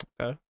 Okay